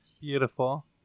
Beautiful